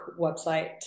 website